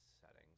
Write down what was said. settings